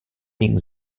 hitting